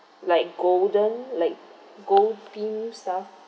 like golden like gold pink stuff